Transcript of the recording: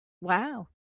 wow